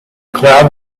cloud